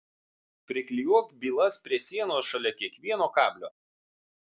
priklijuok bylas prie sienos šalia kiekvieno kablio